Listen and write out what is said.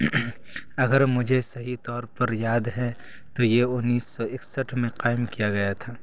اگر مجھے صحیح طور پر یاد ہے تو یہ انیس سو اکسٹھ میں قائم کیا گیا تھا